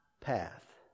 path